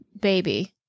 baby